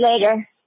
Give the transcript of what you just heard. later